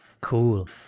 cool